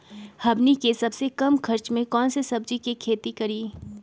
हमनी के सबसे कम खर्च में कौन से सब्जी के खेती करी?